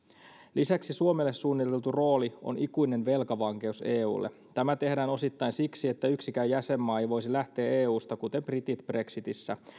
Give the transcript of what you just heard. lisäksi suomelle suunniteltu rooli on ikuinen velkavankeus eulle tämä tehdään osittain siksi että yksikään jäsenmaa ei voisi lähteä eusta kuten britit brexitissä